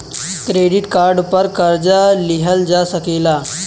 credit card पर कर्जा लिहल जा सकेला